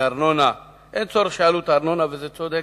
מארנונה, אין צורך שיעלו את הארנונה, וגם זה צודק.